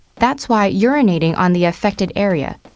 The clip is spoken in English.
that's why urinating on the affected area,